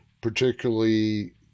particularly